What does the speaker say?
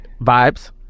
Vibes